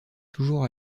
toujours